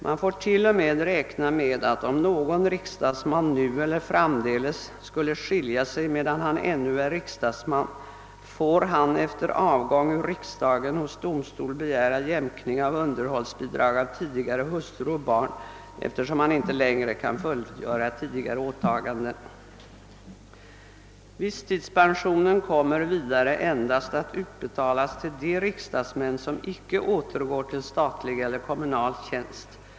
Man får t.o.m. räkna med att om någon riksdagsman nu eller framdeles skulle skilja sig medan han ännu är riksdagsman, får han efter avgång ur riksdagen hos domstol begära jämkning av underhållsbidrag till tidigare hustru eller barn eftersom han inte längre kan fullgöra tidigare åtaganden. Visstidspensionen kommer vidare endast att utbetalas till de riksdagsmän som icke återgår till statlig eller kommunal tjänst.